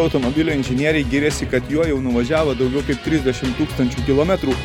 automobilio inžinieriai giriasi kad juo jau nuvažiavo daugiau kaip trisdešimt tūkstančių kilometrų